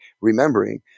remembering